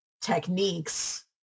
techniques